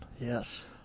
Yes